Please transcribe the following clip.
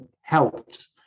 helped